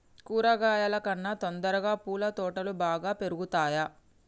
కూరగాయల కన్నా తొందరగా పూల తోటలు బాగా పెరుగుతయా?